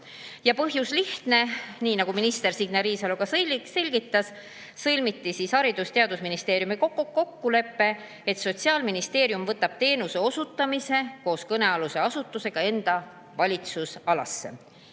Põhjus on lihtne: nii nagu minister Signe Riisalo selgitas, sõlmiti Haridus‑ ja Teadusministeeriumiga kokkulepe, et Sotsiaalministeerium võtab teenuse osutamise koos kõnealuse asutusega enda valitsusalasse.